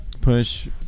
Push